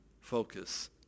focus